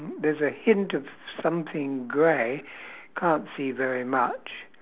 mm there's a hint of something grey can't see very much